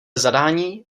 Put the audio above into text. zadání